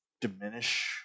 diminish